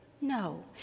No